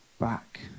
back